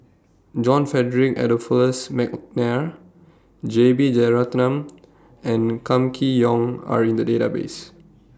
John Frederick Adolphus Mcnair J B Jeyaretnam and Kam Kee Yong Are in The Database